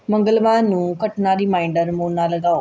ਮੰਗਲਵਾਰ ਨੂੰ ਘਟਨਾ ਰੀਮਾਈਂਡਰ ਮੋਨਾ ਲਗਾਓ